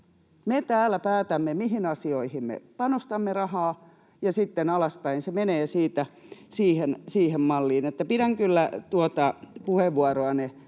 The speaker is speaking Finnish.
Me täällä päätämme, mihin asioihin me panostamme rahaa, ja sitten alaspäin se menee siitä siihen malliin. Pidän kyllä tuota puheenvuoroanne